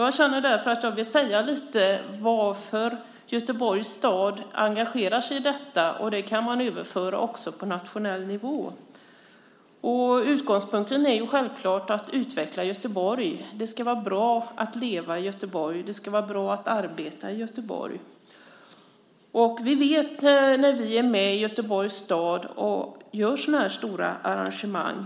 Jag känner därför att jag vill säga lite om varför Göteborgs stad engagerar sig i detta. Det kan man också överföra på nationell nivå. Utgångspunkten är självklart att utveckla Göteborg. Det ska vara bra att leva i Göteborg, och det ska vara bra att arbeta i Göteborg. När vi i Göteborgs stad är med och gör sådana här stora arrangemang